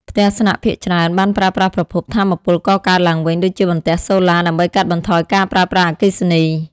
ផ្ទះស្នាក់ភាគច្រើនបានប្រើប្រាស់ប្រភព ថាមពលកកើតឡើងវិញ ដូចជាបន្ទះសូឡា ដើម្បីកាត់បន្ថយការប្រើប្រាស់អគ្គិសនី។